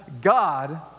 God